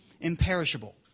imperishable